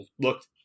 look